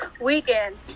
Weekend